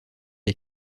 les